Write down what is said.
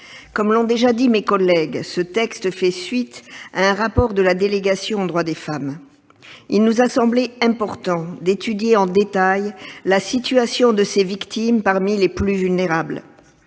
Comme l'ont déjà dit les orateurs précédents, ce texte s'inscrit dans la continuité d'un rapport de la délégation aux droits des femmes. Il nous a semblé important d'étudier en détail la situation de ces victimes parmi les plus vulnérables.